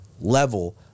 level